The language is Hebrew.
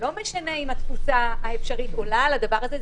שלא משנה אם התפוסה האפשרית עולה על הדבר הזה,